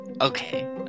okay